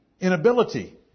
Inability